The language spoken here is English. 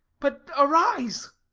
but arise!